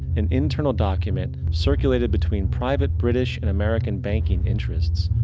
an internal document circulated between private british and american banking interests,